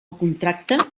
contracte